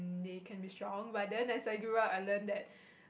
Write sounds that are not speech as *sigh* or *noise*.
they can be strong but then as I grew up I learn that *breath*